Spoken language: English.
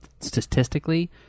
statistically